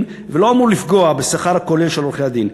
ולא אמור לפגוע בשכר הכולל של עורכי-הדין.